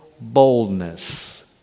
boldness